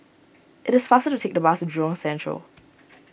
it is faster to take the bus to Jurong Central